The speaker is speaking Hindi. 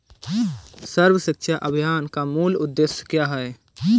सर्व शिक्षा अभियान का मूल उद्देश्य क्या है?